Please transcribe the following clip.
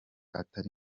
atari